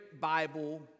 Bible